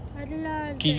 ada lah inside